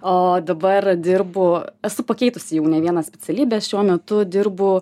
o dabar dirbu esu pakeitusi jau ne vieną specialybę šiuo metu dirbu